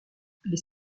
les